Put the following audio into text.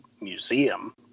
museum